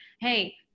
hey